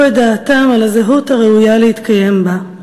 את דעתם על הזהות הראויה להתקיים בה.